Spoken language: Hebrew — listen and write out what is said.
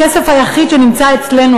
הכסף היחיד שנמצא אצלנו,